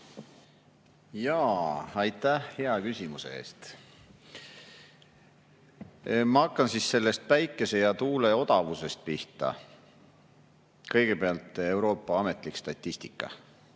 Aitäh hea küsimuse eest! Ma hakkan siis sellest päikese‑ ja tuule[energia] odavusest pihta. Kõigepealt, Euroopa ametlik statistika.